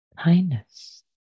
Kindness